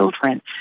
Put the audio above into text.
children